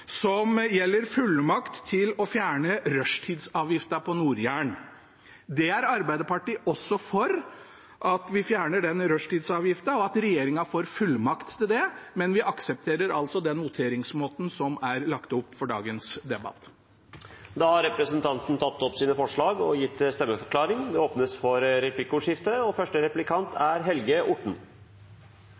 som gjelder fullmakt til å fjerne rushtidsavgiften på Nord-Jæren. Dette er Arbeiderpartiet også for, at vi fjerner den rushtidsavgiften, og at regjeringen får fullmakt til det, men vi aksepterer altså den voteringsmåten det er lagt opp til for dagens debatt. Da har representanten Sverre Myrli tatt opp de forslagene han refererte til, og gitt en stemmeforklaring. Det blir replikkordskifte. Her kommer en replikk fra en som er